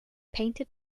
painted